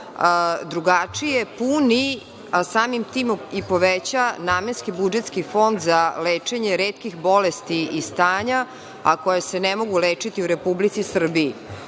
drugačije puni, a samim tim i poveća namenski budžetski fond za lečenje retkih bolesti i stanja a koja se ne mogu lečiti u Republici Srbiji. Naime,